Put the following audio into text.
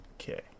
Okay